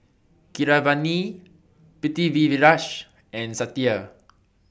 Keeravani Pritiviraj and Satya